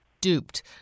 duped